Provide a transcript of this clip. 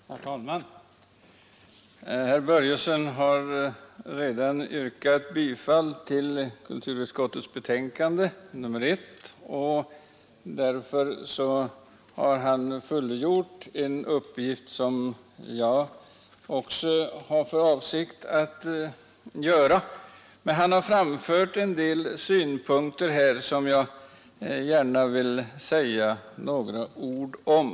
Herr talman! Herr Börjesson i Falköping har redan yrkat bifall till hemställan i kulturutskottets betänkande nr 1 och därmed fullgjort en uppgift som jag också har för avsikt att fullgöra. Men han har framfört en del synpunkter här som jag gärna vill säga några ord om.